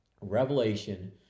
Revelation